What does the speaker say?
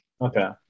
Okay